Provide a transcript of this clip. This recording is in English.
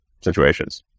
situations